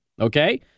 Okay